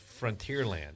Frontierland